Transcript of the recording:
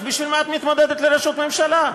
אז בשביל מה את מתמודדת על ראשות ממשלה?